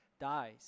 dies